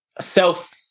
self